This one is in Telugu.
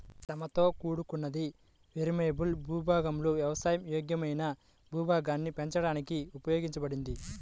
శ్రమతో కూడుకున్నది, వేరియబుల్ భూభాగాలలో వ్యవసాయ యోగ్యమైన భూభాగాన్ని పెంచడానికి ఉపయోగించబడింది